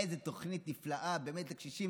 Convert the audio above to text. איזו תוכנית נפלאה באמת לקשישים.